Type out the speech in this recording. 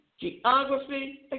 geography